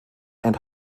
and